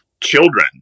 children